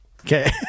Okay